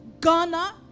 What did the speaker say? Ghana